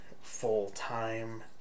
full-time